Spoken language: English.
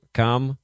come